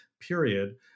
period